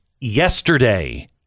yesterday